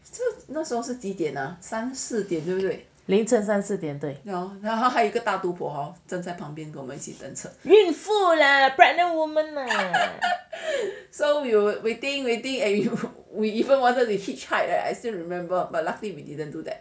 凌晨三四点对孕妇 lah pregnant woman lah